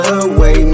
away